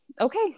okay